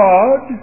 God